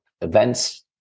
events